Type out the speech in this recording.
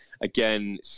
again